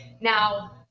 Now